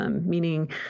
meaning